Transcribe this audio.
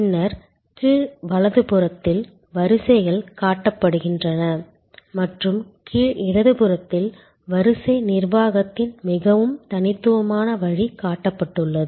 பின்னர் கீழ் வலதுபுறத்தில் வரிசைகள் காட்டப்படுகின்றன மற்றும் கீழ் இடதுபுறத்தில் வரிசை நிர்வாகத்தின் மிகவும் தனித்துவமான வழி காட்டப்பட்டுள்ளது